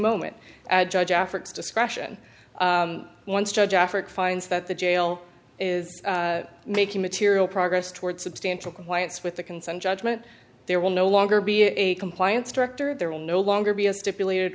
moment judge efforts discretion once judge effort finds that the jail is making material progress toward substantial compliance with the consent judgment there will no longer be a compliance director there will no longer be a stipulated